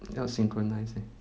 要 synchronise leh